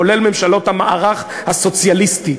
כולל ממשלות המערך הסוציאליסטי.